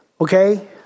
Okay